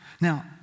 Now